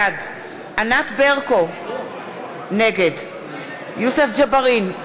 בעד ענת ברקו, נגד יוסף ג'בארין,